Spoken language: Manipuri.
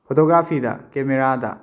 ꯐꯣꯇꯣꯒ꯭ꯔꯥꯐꯤꯗ ꯀꯦꯃꯦꯔꯥꯗ